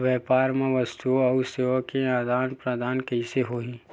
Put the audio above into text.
व्यापार मा वस्तुओ अउ सेवा के आदान प्रदान कइसे होही?